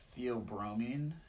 theobromine